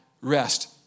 rest